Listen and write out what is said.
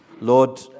lord